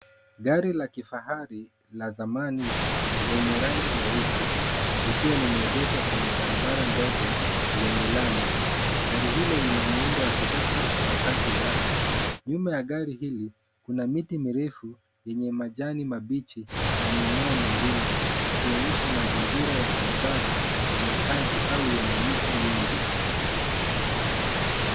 Gari la kifahari la zamani, lenye rangi nyeusi, likiwa limeegeshwa kwenye barabara ndogo lenye lami. Gari hilo lina muundo wa kisasa kwa wakati wake. Nyuma ya gari hili, kuna miti mirefu yenye majani mabichi na mimea mingine, ikionyesha mazingira ya barabara ya makazi au yenye miti mingi.